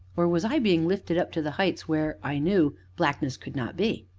or was i being lifted up to the heights where, i knew, blackness could not be?